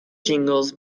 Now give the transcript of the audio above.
jingles